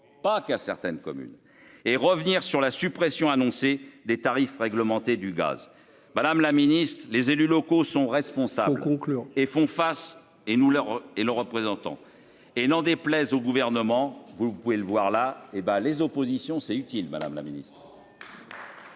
pas qu'à certaines communes et revenir sur la suppression annoncée des tarifs réglementés du gaz madame la Ministre, les élus locaux sont responsables conclure et font face et nous leur et leurs représentants et n'en déplaise au gouvernement, vous pouvez le voir là et ben les oppositions c'est utile, madame la Ministre.